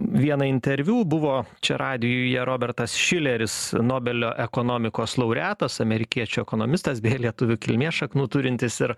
vieną interviu buvo čia radijuje robertas šileris nobelio ekonomikos laureatas amerikiečių ekonomistas beje lietuvių kilmės šaknų turintis ir